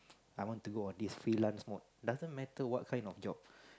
I want to go on this freelance mode doesn't matter what kind of job